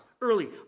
early